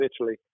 Italy